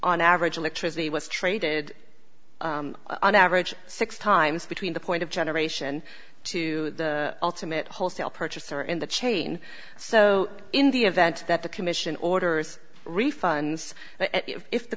on average electricity was traded on average six times between the point of generation to the ultimate wholesale purchaser in the chain so in the event that the commission orders refunds if the